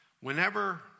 Whenever